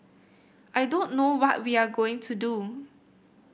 I don't know what we are going to do